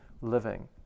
living